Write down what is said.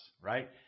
right